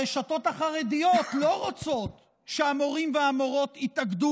הרשתות החרדיות לא רוצות שהמורים והמורות יתאגדו